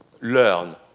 learn